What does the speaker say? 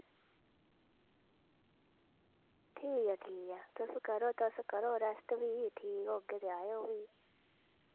ठीक ऐ ठीक ऐ तुस करो तुस करो रेस्ट फ्ही ठीक होगे ते आएओ फ्ही